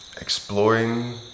exploring